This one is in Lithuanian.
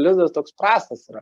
lizdas toks prastas yra